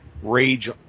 Rage